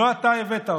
לא אתה הבאת אותה.